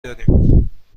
داریم